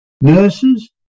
nurses